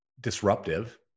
disruptive